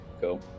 Cool